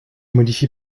modifie